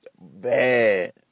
bad